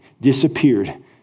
disappeared